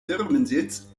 firmensitz